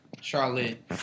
Charlotte